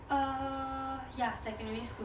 err ya secondary school